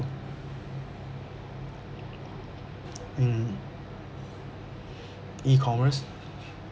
mm e-commerce